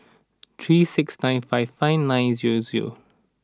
three six nine five five nine zero zero